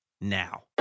now